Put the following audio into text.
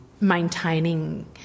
maintaining